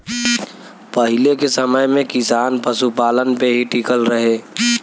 पहिले के समय में किसान पशुपालन पे ही टिकल रहे